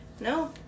No